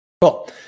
Cool